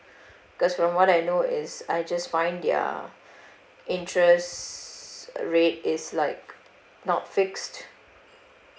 because from what I know is I just find their interest rate is like not fixed